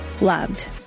loved